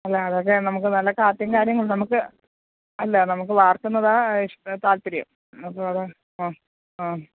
അല്ല അതൊക്കെ നമുക്കു നല്ല കാറ്റം കാര്യങ്ങളുമുണ്ട് നമുക്ക് അല്ല നമുക്ക് വാർക്കുന്നതാണ് താല്പര്യം അത് അത് ആ ആ